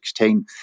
2016